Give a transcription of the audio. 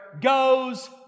goes